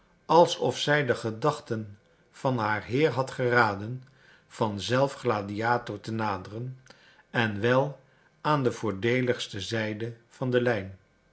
alsof zij de gedachten van haar heer had geraden van zelf gladiator te naderen en wel aan de voordeeligtse zijde van de lijn